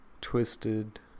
twisted